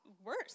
worse